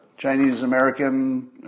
Chinese-American